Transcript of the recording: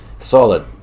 Solid